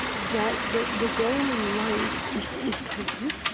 that the the goal in life is is comfort,